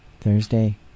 Thursday